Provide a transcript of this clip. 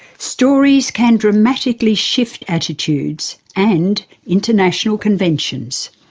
stories can dramatically shift attitudes and international conventions.